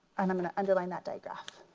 and i'm gonna underline that diagraph.